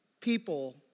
people